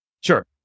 Sure